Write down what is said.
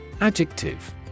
Adjective